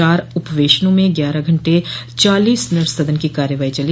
चार उपवेशनों म ग्यारह घंटे चालीस मिनट सदन की कार्यवाही चली